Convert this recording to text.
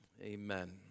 amen